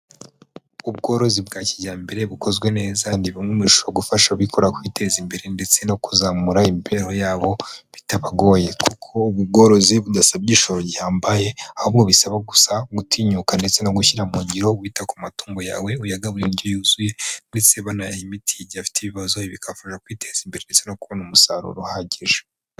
Ubworozi bwa kijyambere bukozwe neza, ni bumwe mu bishobora gufasha ababikora kwiteza imbere ndetse no kuzamura imibereho yabo bitabagoye, kuko ubu bworozi budasaba igishoro gihambaye, ahubwo bisaba gusa gutinyuka ndetse no gushyira mu ngiro wita ku matungo yawe, uyagaburire indyo yuzuye, ndetse banayaha imiti igiye afite ibibazo, ibi bikabafasha kwiteza imbere ndetse no kubona umusaruro uhagije.